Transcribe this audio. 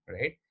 right